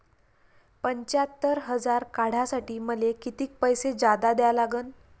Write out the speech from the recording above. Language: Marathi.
पंच्यात्तर हजार काढासाठी मले कितीक पैसे जादा द्या लागन?